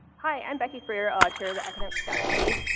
hi, i'm becky freer, ah chair of the academic staff committee.